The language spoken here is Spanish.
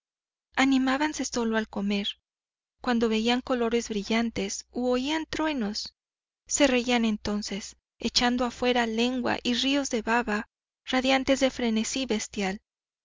rostro animábanse sólo al comer cuando veían colores brillantes u oían truenos se reían entonces echando afuera lengua y ríos de baba radiantes de frenesí bestial